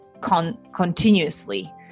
continuously